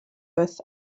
earth